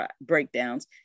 breakdowns